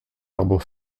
arbres